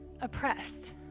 oppressed